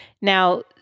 Now